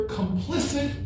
complicit